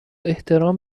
احترام